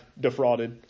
defrauded